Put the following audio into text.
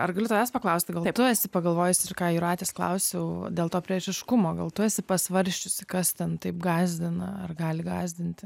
ar galiu tavęs paklausti gal tu esi pagalvojusi ir ką jūratės klausiau dėl to priešiškumo gal tu esi pasvarsčiusi kas ten taip gąsdina ar gali gąsdinti